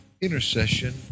intercession